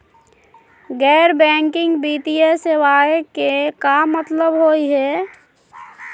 गैर बैंकिंग वित्तीय सेवाएं के का मतलब होई हे?